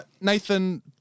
nathan